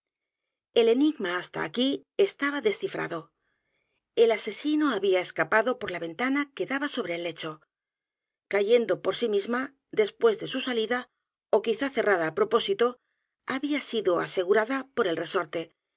el enigma hasta aquí estaba descifrado el a s e sino había escapado por la ventana que daba sobre el lecho cayendo por sí misma después de su salida ó quizá c e